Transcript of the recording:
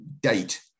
date